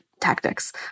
tactics